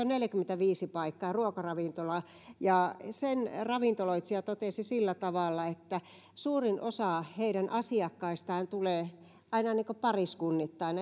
neljäkymmentäviisi paikkaa ruokaravintola ja sen ravintoloitsija totesi sillä tavalla että suurin osa heidän asiakkaistaan tulee aina pariskunnittain